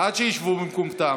עד שישבו במקומותיהם.